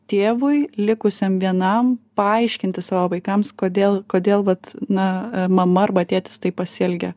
tėvui likusiam vienam paaiškinti savo vaikams kodėl kodėl vat na mama arba tėtis taip pasielgė